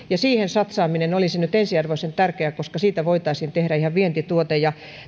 ja siihen satsaaminen olisi nyt ensiarvoisen tärkeää koska siitä voitaisiin tehdä ihan vientituote